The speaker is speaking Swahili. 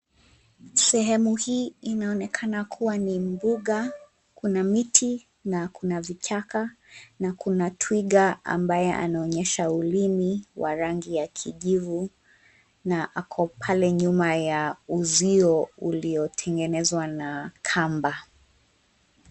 Sehemu hii inaonekana kuwa ni mbuga, kuna miti na kuna vichaka na kuna twiga ambaye anaonyesha ulimi wa rangi ya kijivu na ako pale nyuma ya uzio uliotengenezwa na kamba.